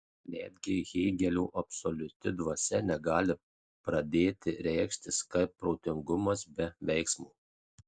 netgi hėgelio absoliuti dvasia negali pradėti reikštis kaip protingumas be veiksmo